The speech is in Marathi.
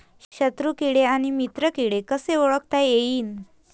शत्रु किडे अन मित्र किडे कसे ओळखता येईन?